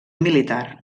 militar